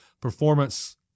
performance